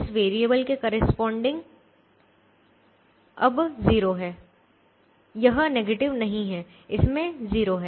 इस वेरिएबल के करेस्पॉडिंग भारत अब 0 है यह नेगेटिव नहीं है इसमें 0 है